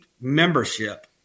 membership